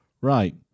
Right